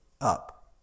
up